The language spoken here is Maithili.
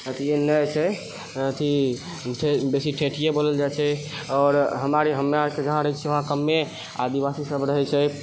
अथी नहि छै अथी छै बेसी ठेठीये बोलल जाइ छै आओर हमरा अरके जहाँ रहै छियै वहां कमे आदिवासी सब रहै छै